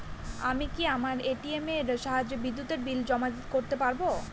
আমি কি আমার এ.টি.এম এর সাহায্যে বিদ্যুতের বিল জমা করতে পারব?